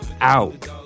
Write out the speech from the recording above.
out